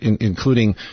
including